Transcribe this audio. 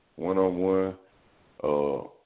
one-on-one